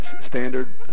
standard